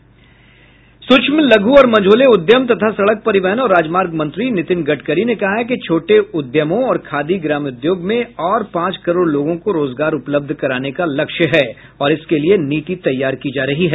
सूक्ष्म लघ् और मझोले उद्यम तथा सड़क परिवहन और राजमार्ग मंत्री नितिन गडकरी ने कहा है कि छोटे उद्यमों और खादी ग्रामोद्योग में और पांच करोड़ लोगों को रोजगार उपलब्ध कराने का लक्ष्य है और इसके लिए नीति तैयार की जा रही है